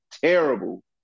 terrible